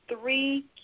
three